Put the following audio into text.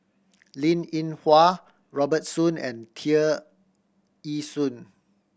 Linn In Hua Robert Soon and Tear Ee Soon